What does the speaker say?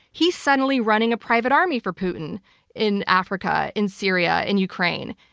he's suddenly running a private army for putin in africa, in syria, in ukraine.